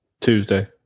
Tuesday